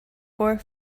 four